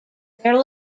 their